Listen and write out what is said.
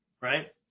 right